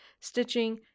stitching